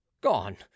gone